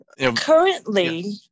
Currently